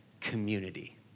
community